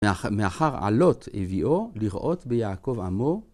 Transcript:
מאחר עלות הביאו לראות ביעקב אמור.